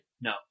No